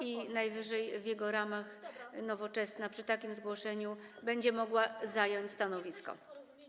i najwyżej w jego ramach Nowoczesna przy takim zgłoszeniu będzie mogła zająć stanowisko.